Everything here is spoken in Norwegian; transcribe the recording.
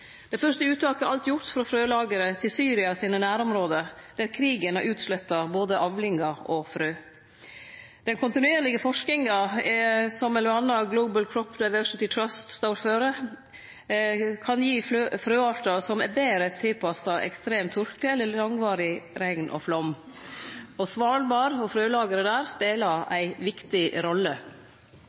Det fyrste uttaket frå frølageret er alt gjort, til nærområda til Syria, der krigen har utsletta både avlingar og frø. Den kontinuerlege forskinga som m.a. Global Crop Diversity Trust står for, kan gi frøartar som er betre tilpassa ekstrem tørke eller langvarig regn og flaum. Svalbard og frølageret der spelar ei viktig rolle.